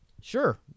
Sure